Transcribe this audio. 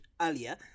earlier